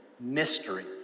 Mystery